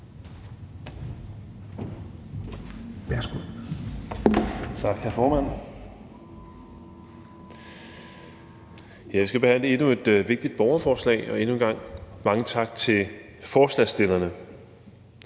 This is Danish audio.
har så godt